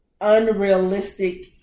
unrealistic